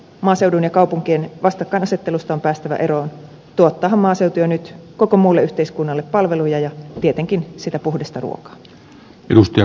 maaseudun ja kaupunkien vastakkainasettelusta on päästävä eroon tuottaahan maaseutu jo nyt koko muulle yhteiskunnalle palveluja ja tietenkin sitä puhdasta ruokaa